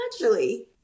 naturally